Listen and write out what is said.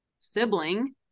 sibling